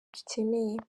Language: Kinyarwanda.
dukeneye